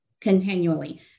continually